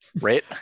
right